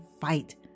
fight